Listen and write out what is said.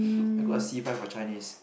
I got a C five for Chinese